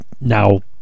now